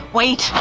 wait